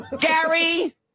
Gary